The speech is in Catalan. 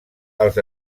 als